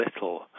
little